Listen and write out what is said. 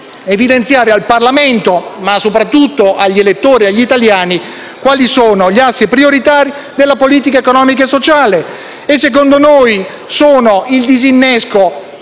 evidenziare al Parlamento, ma soprattutto agli elettori e agli italiani, quali sono gli assi prioritari della politica economica e sociale. Secondo noi gli assi